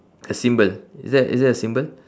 a symbol is that is that a symbol